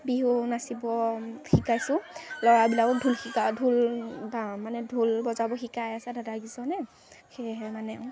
বিহু নাচিব শিকাইছোঁ ল'ৰাবিলাকক ঢোল শিকা ঢোল বা মানে ঢোল বজাব শিকাই আছে দাদাকেইজনে সেয়েহে মানে